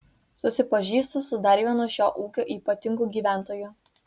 susipažįstu su dar vienu šio ūkio ypatingu gyventoju